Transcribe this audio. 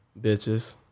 bitches